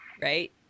Right